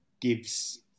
gives